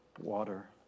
water